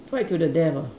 fight to the death ah